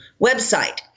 website